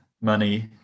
money